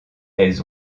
elles